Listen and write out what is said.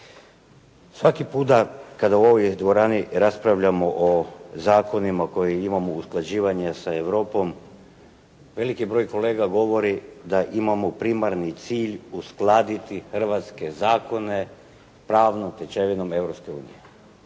Svaki puta kada u ovoj dvorani raspravljamo o zakonima koji imamo usklađivanje sa Europom, veliki broj kolega govori da imamo primarni cilj uskladiti hrvatske zakone pravnom stečevinom